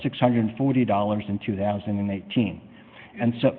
six hundred and forty dollars in two thousand and eighteen and so